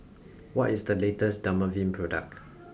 what is the latest Dermaveen product